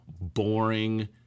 boring